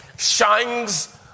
Shines